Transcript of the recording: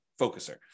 focuser